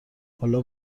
حالا